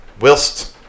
whilst